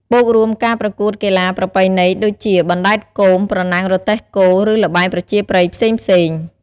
បូករួមការប្រកួតកីឡាប្រពៃណីដូចជា បណ្ដែតគោម ប្រណាំងរទេះគោ ឬល្បែងប្រជាប្រិយផ្សេងៗ។